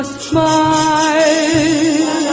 smile